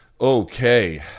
Okay